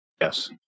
Yes